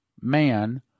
man